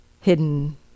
hidden